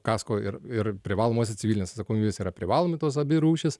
kasko ir ir privalomos civilinės atsakomybės yra privalomi tos abi rūšys